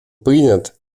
принят